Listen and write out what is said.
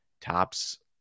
tops